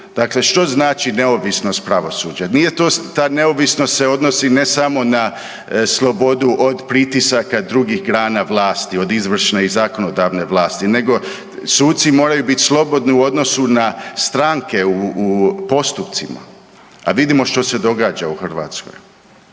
Dakle, što znači neovisnost pravosuđa? Nije to, ta neovisnost se odnosi ne samo na slobodu od pritisaka drugih grana vlasti, od izvršne i zakonodavne vlasti, nego suci moraju bit slobodni u odnosu na stranke u postupcima, a vidimo što se događa u Hrvatskoj.